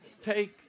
Take